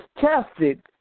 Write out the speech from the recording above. tested